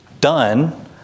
done